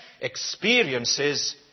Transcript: experiences